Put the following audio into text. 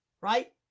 right